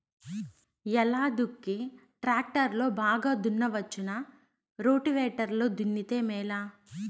ఎలా దుక్కి టాక్టర్ లో బాగా దున్నవచ్చునా రోటివేటర్ లో దున్నితే మేలా?